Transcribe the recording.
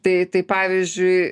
tai tai pavyzdžiui